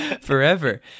forever